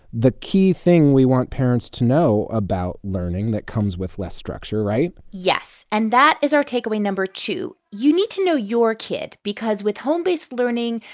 the key thing we want parents to know about learning that comes with less structure, right? yes, and that is our takeaway number one. you need to know your kid because with home-based learning,